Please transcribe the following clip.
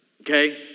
Okay